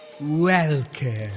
Welcome